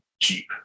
cheap